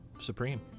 Supreme